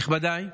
נכבדיי,